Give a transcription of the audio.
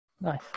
Nice